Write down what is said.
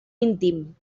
íntim